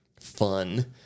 fun